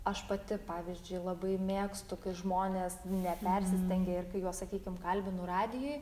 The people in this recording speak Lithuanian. aš pati pavyzdžiui labai mėgstu kai žmonės nepersistengia ir kai juos sakykim kalbinu radijuj